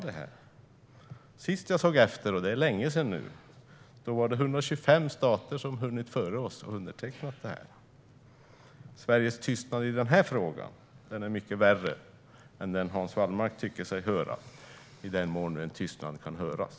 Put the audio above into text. Senaste gången jag såg efter - och det är nu länge sedan - hade 125 stater hunnit före oss och undertecknat detta. Sveriges tystnad i denna fråga är mycket värre än den Hans Wallmark tycker sig höra - i den mån en tystnad kan höras.